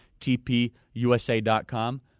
tpusa.com